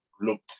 look